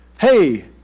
hey